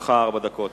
לרשותך ארבע דקות.